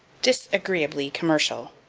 disagreeably commercial.